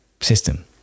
system